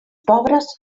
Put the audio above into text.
pobres